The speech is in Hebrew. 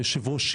אדוני היושב-ראש,